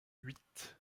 huit